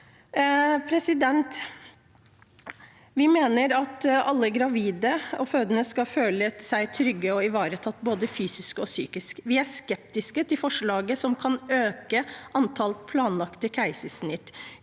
fødselsangst. Vi mener at alle gravide og fødende skal føle seg trygge og ivaretatt, både fysisk og psykisk. Vi er skeptiske til forslaget som kan øke antall planlagte keisersnitt.